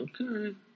Okay